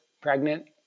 pregnant